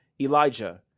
Elijah